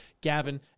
Gavin